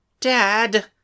Dad